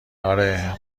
اره